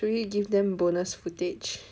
should we give them bonus footage